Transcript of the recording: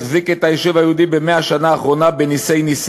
החזיק את היישוב היהודי ב-100 השנה האחרונות בנסי-נסים".